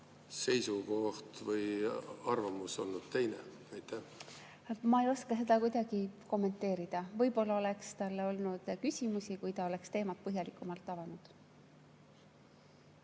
arvamus olnud teine? Ma ei oska seda kuidagi kommenteerida. Võib-olla oleks talle olnud küsimusi, kui ta oleks teemat põhjalikumalt avanud.